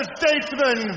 statesman